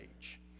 age